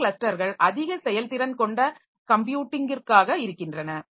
சில கிளஸ்டர்கள் அதிக செயல்திறன் கொண்ட கம்ப்யூட்டிங்கிற்காக இருக்கின்றன